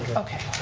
okay,